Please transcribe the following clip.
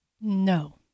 No